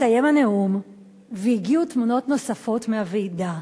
הסתיים הנאום והגיעו תמונות נוספות מהוועידה,